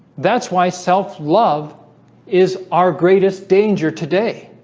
that's why self love is our greatest danger today